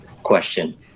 question